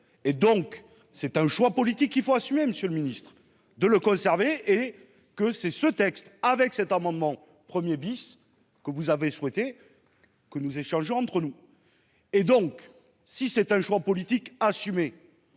et donc c'est un choix politique, il faut assumer. Monsieur le Ministre, de le conserver et que c'est ce texte avec cet amendement 1er bis que vous avez souhaité. Que nous échangeons entre nous et donc si c'est un choix politique assumé.